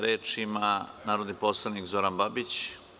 Reč ima narodni poslanik Zoran Babić.